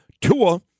Tua